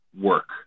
work